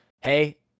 hey